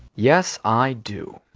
yes, i do.